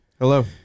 Hello